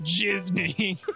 Disney